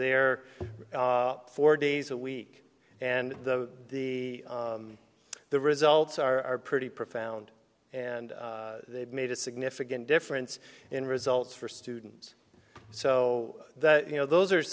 there four days a week and the the results are pretty profound and they've made a significant difference in results for students so that you know those are